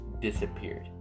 Disappeared